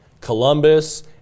columbus